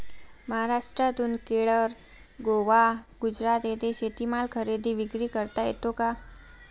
महाराष्ट्रातून केरळ, गोवा, गुजरात येथे शेतीमाल खरेदी विक्री करता येतो का?